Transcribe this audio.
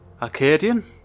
Arcadian